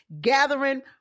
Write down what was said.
gathering